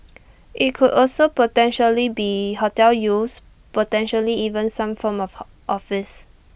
IT could also potentially be hotel use potentially even some form of office